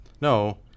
No